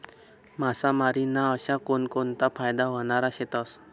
मासामारी ना अशा कोनकोनता फायदा व्हनारा शेतस?